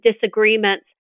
disagreements